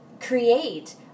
create